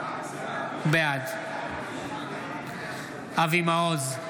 בעד אבי מעוז,